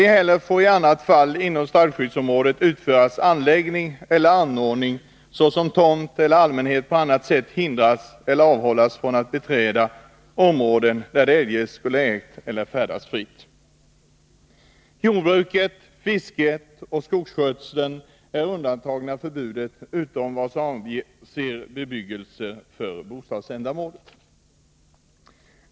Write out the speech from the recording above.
Ej heller får i annat fall inom strandskyddsområde utföras anläggning eller anordning, varigenom mark tas i anspråk såsom tomt eller allmänheten på annat sätt hindras eller avhålles från att beträda område där den eljest skulle ägt att färdas fritt.” Jordbruk, fiske och skogsskötsel är undantagna från förbudet utom i vad avser bebyggelse för bostadsändamål.